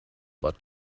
but